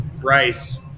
Bryce